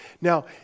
Now